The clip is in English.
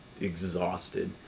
Exhausted